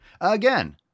Again